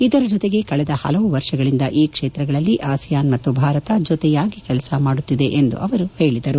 ಇದರ ಜೊತೆಗೆ ಕಳೆದ ಪಲವು ವರ್ಷಗಳಿಂದ ಈ ಕ್ಷೇತ್ರಗಳಲ್ಲಿ ಆಸಿಯಾನ್ ಮತ್ತು ಭಾರತ ಜೊತೆಯಾಗಿ ಕೆಲಸ ಮಾಡುತ್ತಿದೆ ಎಂದು ಅವರು ಹೇಳಿದರು